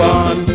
on